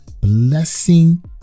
blessing